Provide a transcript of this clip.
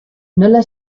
nola